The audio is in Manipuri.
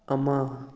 ꯑꯃ